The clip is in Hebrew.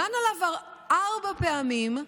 דן עליו ארבע פעמים,